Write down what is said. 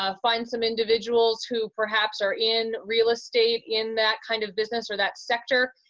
ah find some individuals who perhaps are in real estate in that kind of business or that sector,